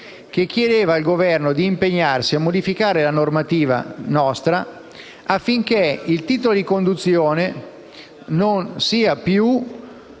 che chiedeva all'Esecutivo di impegnarsi a modificare la nostra normativa, affinché il titolo di conduzione non sia più